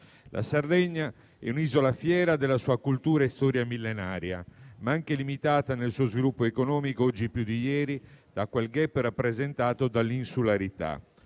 La Sardegna è un'isola fiera della sua cultura e storia millenaria, ma anche limitata nel suo sviluppo economico, oggi più di ieri, da quel *gap* rappresentato dall'insularità.